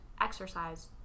exercise